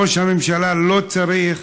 ראש הממשלה לא צריך